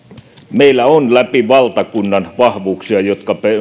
meillä on läpi valtakunnan vahvuuksia jotka